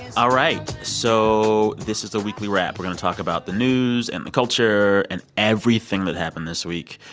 all right. so this is the weekly wrap. we're going to talk about the news and the culture and everything that happened this week.